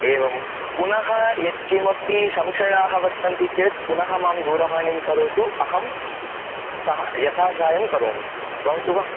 एवं पुनः यत्किमपि संशयाः वर्तन्ति चेत् पुनः मां दूरवाणीं करोतु अहं सा यथा सहायं करोमि भवतु वा